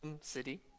city